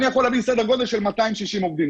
אני יכול להביא סדר גודל של 260 עובדים.